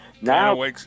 Now